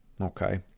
okay